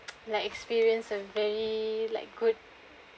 like experience and very like good